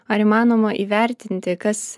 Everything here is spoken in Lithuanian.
ar įmanoma įvertinti kas